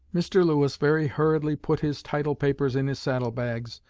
mr. lewis very hurriedly put his title papers in his saddlebags,